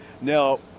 Now